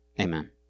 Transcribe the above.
Amen